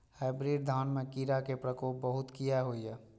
Hybrid धान में कीरा के प्रकोप बहुत किया होया?